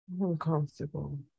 Uncomfortable